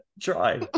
Try